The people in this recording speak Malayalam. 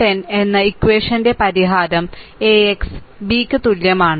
10 എന്ന ഇക്വഷന്റെ പരിഹാരം AX B യ്ക്ക് തുല്യമാണ്